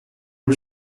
who